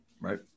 Right